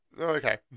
Okay